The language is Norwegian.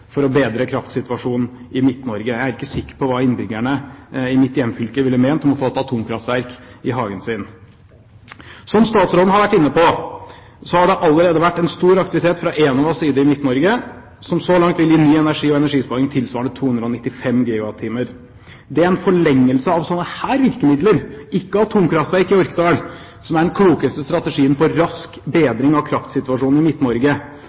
for å bedre kraftsituasjonen i Midt-Norge. Jeg er ikke sikker på hva innbyggerne i mitt hjemfylke ville ment om å få et atomkraftverk i hagen sin. Som statsråden har vært inne på, har det allerede vært en stor aktivitet fra Enovas side i Midt-Norge, som så langt vil gi ny energi og energisparing tilsvarende 295 GWh. Det er en forlengelse av slike virkemidler, ikke atomkraftverk i Orkdal, som er den klokeste strategien for rask bedring av kraftsituasjonen i